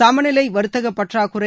சமநிலைவர்த்தகபற்றாக்குறை